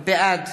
בעד